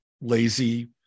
lazy